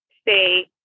stay